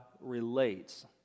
relates